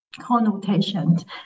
connotations